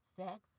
sex